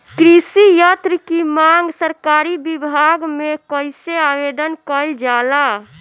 कृषि यत्र की मांग सरकरी विभाग में कइसे आवेदन कइल जाला?